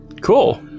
Cool